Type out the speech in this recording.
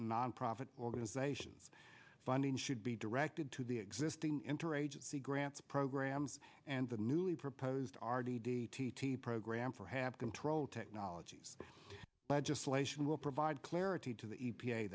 and nonprofit organizations funding should be directed to the existing interagency grants programs and the newly proposed r d d t t program perhaps control technologies legislation will provide clarity to the e p a